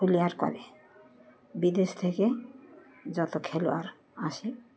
হুলিয়ার করে বিদেশ থেকে যত খেলোয়াড় আসে